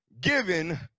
given